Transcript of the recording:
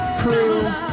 crew